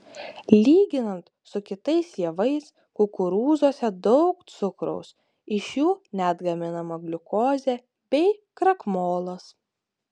lyginant su kitais javais kukurūzuose daug cukraus iš jų net gaminama gliukozė bei krakmolas